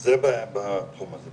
זה בתחום הזה.